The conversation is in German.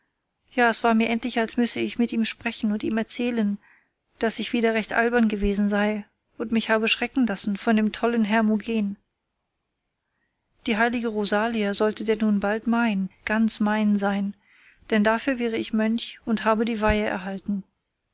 ja es war mir endlich als müsse ich mit ihm sprechen und ihm erzählen daß ich wieder recht albern gewesen sei und mich habe schrecken lassen von dem tollen hermogen die heilige rosalia sollte denn nun bald mein ganz mein sein denn dafür wäre ich mönch und habe die weihe erhalten